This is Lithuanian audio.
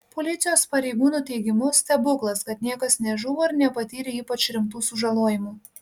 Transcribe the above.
policijos pareigūnų teigimu stebuklas kad niekas nežuvo ir nepatyrė ypač rimtų sužalojimų